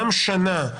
גם שנה,